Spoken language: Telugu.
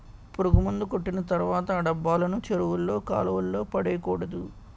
పురుగుమందు కొట్టిన తర్వాత ఆ డబ్బాలను చెరువుల్లో కాలువల్లో పడేకూడదు